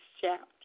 chapter